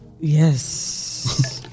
Yes